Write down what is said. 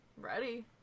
Ready